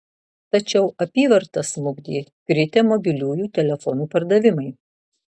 tačiau apyvartą smukdė kritę mobiliųjų telefonų pardavimai